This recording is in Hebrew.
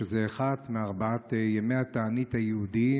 וזה אחד מארבעת ימי התענית היהודיים